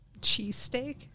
cheesesteak